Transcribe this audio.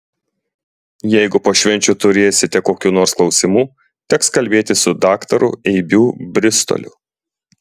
jeigu po švenčių turėsite kokių nors klausimų teks kalbėtis su daktaru eibių bristoliu